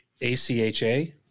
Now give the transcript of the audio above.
acha